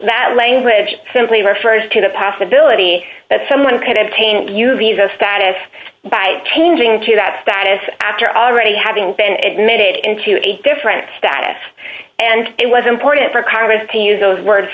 that language simply refers to the possibility that someone could obtain you visa status by changing to that status after already having been it made it into a different status and it was important for congress to use those words